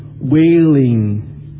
wailing